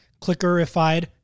Clickerified